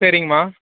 சரிங்கம்மா